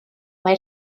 mai